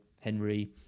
Henry